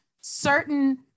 certain